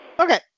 Okay